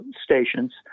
stations